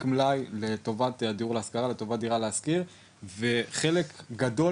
מלאי לטובת הדיור להשכרה ולטובת דירה להשכיר" וחלק גדול